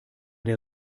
der